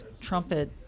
trumpet